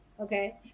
okay